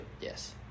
Yes